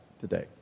today